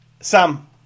sam